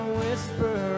whisper